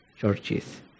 churches